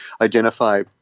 identify